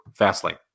Fastlane